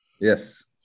Yes